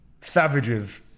Savages